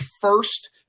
first